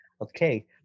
okay